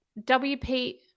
WP